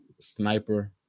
sniper